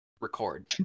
record